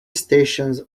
stations